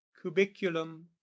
cubiculum